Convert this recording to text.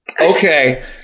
Okay